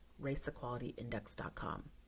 raceequalityindex.com